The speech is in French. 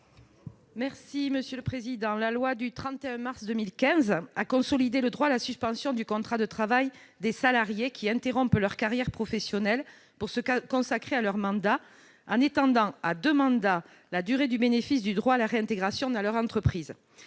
par les élus locaux, de leur mandat a consolidé le droit à la suspension du contrat de travail des salariés qui interrompent leur carrière professionnelle pour se consacrer à leur mandat, en étendant à deux mandats la durée du bénéfice du droit à la réintégration dans leur entreprise.